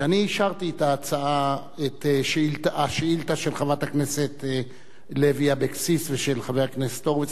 שאני אישרתי את השאילתא של חברת הכנסת לוי אבקסיס ושל חבר הכנסת הורוביץ